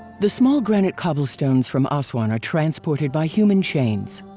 the small granite cobblestones from aswan are transported by human chains.